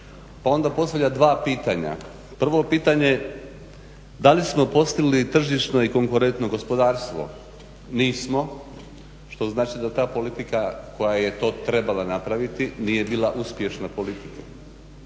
pa onda postavlja dva pitanja. Prvo pitanje, da li smo postigli tržišno i konkurentno gospodarstvo? Nismo, što znači da ta politika koja je to trebala napraviti nije bila uspješna politika